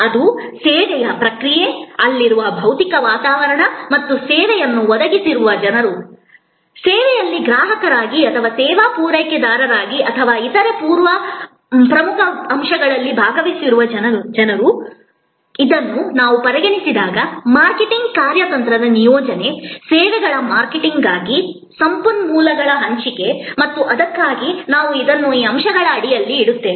ಅದು ಸೇವೆಯ ಪ್ರಕ್ರಿಯೆ ಅಲ್ಲಿರುವ ಭೌತಿಕ ವಾತಾವರಣ ಮತ್ತು ಸೇವೆಯನ್ನು ಒದಗಿಸುತ್ತಿರುವ ಜನರು ಸೇವೆಯಲ್ಲಿ ಗ್ರಾಹಕರಾಗಿ ಅಥವಾ ಸೇವಾ ಪೂರೈಕೆದಾರರಾಗಿ ಅಥವಾ ಇತರ ಮೂರು ಪ್ರಮುಖ ಅಂಶಗಳಲ್ಲಿ ಭಾಗವಹಿಸುವ ಜನರು ಇದನ್ನು ನಾವು ಪರಿಗಣಿಸಿದಾಗ ಮಾರ್ಕೆಟಿಂಗ್ ಕಾರ್ಯತಂತ್ರದ ನಿಯೋಜನೆ ಸೇವೆಗಳ ಮಾರ್ಕೆಟಿಂಗ್ಗಾಗಿ ಸಂಪನ್ಮೂಲಗಳ ಹಂಚಿಕೆ ಮತ್ತು ಅದಕ್ಕಾಗಿಯೇ ನಾವು ಇದನ್ನು ಈ ಅಂಶಗಳ ಅಡಿಯಲ್ಲಿ ಇಡುತ್ತೇವೆ